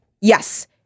Yes